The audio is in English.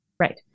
Right